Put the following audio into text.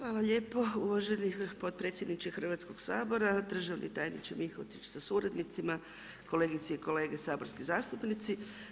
Hvala lijepo uvaženi potpredsjedniče Hrvatskog sabora, državni tajniče Mihotić sa suradnicima, kolegice i kolege saborski zastupnici.